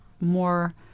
more